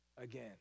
again